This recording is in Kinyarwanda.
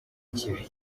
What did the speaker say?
kibi